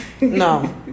no